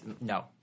No